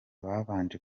babanje